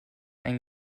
ein